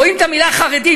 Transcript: רואים את המילה חרדים,